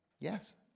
Yes